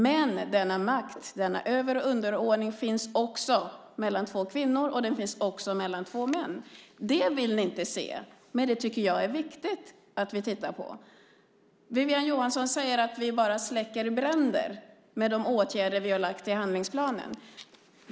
Men denna makt, denna över och underordning, finns också mellan två kvinnor. Den finns också mellan två män. Det vill ni inte se, men det tycker jag är viktigt att vi tittar på. Wiwi-Anne Johansson säger att vi bara släcker bränder med de åtgärder som vi har lagt fram i handlingsplanen.